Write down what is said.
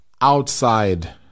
outside